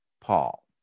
Paul